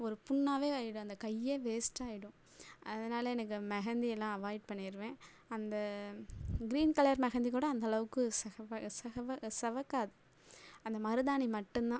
ஒரு புண்ணாவே ஆயிடும் அந்த கையே வேஸ்ட்டாயிடும் அதனால் எனக்கு மெஹந்தியெல்லாம் அவாய்ட் பண்ணிடுவேன் அந்த க்ரீன் கலர் மெஹந்தி கூட அந்த அளவுக்கு சிகவ சிகவ சிவக்காது அந்த மருதாணி மட்டும் தான்